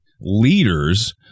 leaders